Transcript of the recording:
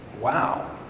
wow